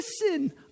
listen